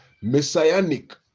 messianic